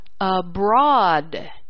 abroad